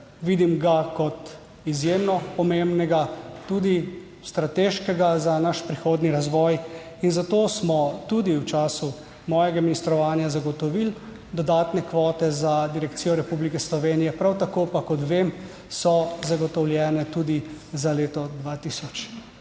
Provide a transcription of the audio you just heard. Vidim ga kot izjemno pomembnega, tudi strateškega za naš prihodnji razvoj in zato smo tudi v času mojega ministrovanja zagotovili dodatne kvote za direkcijo Republike Slovenije, prav tako pa, kot vem, so zagotovljene tudi za leto 2024.